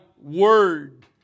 word